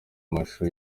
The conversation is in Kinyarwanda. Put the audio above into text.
amashusho